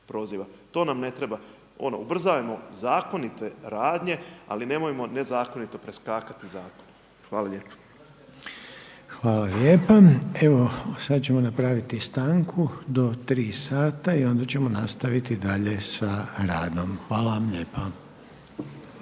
To nam ne treba, ono ubrzajmo zakonite radnje, ali nemojmo nezakonito preskakati zakon. Hvala lijepo. **Reiner, Željko (HDZ)** Hvala lijepa. Evo sada ćemo napraviti stanku do tri sata i onda ćemo nastaviti dalje sa radom. Hvala vam lijepa.